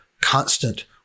constant